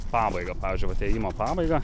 pabaigą pavyzdžiui vat ėjimo pabaigą